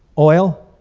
oil,